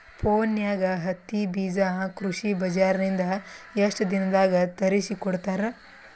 ಫೋನ್ಯಾಗ ಹತ್ತಿ ಬೀಜಾ ಕೃಷಿ ಬಜಾರ ನಿಂದ ಎಷ್ಟ ದಿನದಾಗ ತರಸಿಕೋಡತಾರ?